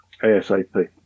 ASAP